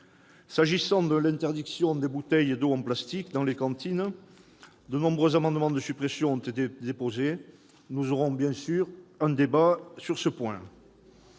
S'agissant de l'interdiction des bouteilles d'eau en plastique dans les cantines, de nombreux amendements de suppression ont été déposés. Nous aurons bien sûr un débat sur ce point.